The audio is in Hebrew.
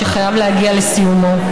שחייב להגיע לסיומו.